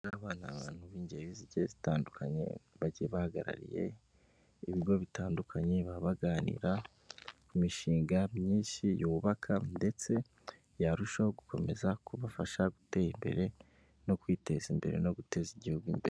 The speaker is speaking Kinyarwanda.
Aba ni abantu b'ingeri zigiye zitandukanye bagiye bahagarariye ibigo bitandukanye, baba baganira ku mishinga myinshi yubaka ndetse yarushaho gukomeza kubafasha gutera imbere no kwiteza imbere no guteza igihugu imbere.